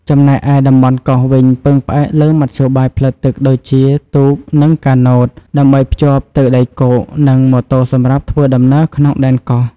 ចំណែកឯតំបន់កោះវិញ ពឹងផ្អែកលើមធ្យោបាយផ្លូវទឹកដូចជាទូក និងកាណូត ដើម្បីភ្ជាប់ទៅដីគោក និងម៉ូតូសម្រាប់ធ្វើដំណើរក្នុងដែនកោះ។